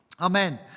Amen